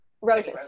roses